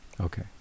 okay